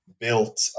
built